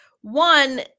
one